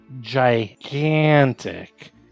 gigantic